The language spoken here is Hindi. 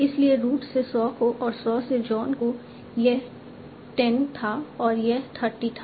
इसलिए रूट से सॉ को और सॉ से जॉन को यह 10 था और यह 30 था